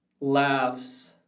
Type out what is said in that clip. laughs